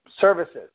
services